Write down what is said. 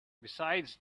besides